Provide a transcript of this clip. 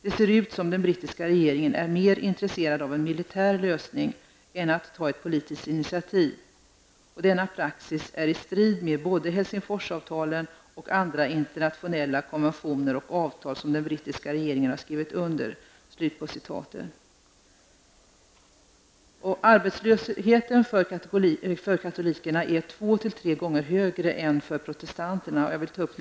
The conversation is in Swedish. Det ser ut som den brittiska regeringen är mer intresserad av en militär lösning än att ta ett politiskt initiativ. Denna praxis är i strid med både Helsingforsavtalen och andra internationella konventioner och avtal som den brittiska regeringen har skrivit under.'' Arbetslösheten för katolikerna är två till tre gånger så hög för katolikerna som för protestanterna.